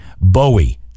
bowie